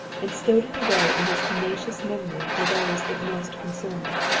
and stowed it away in his tenacious memory for those it most concerned.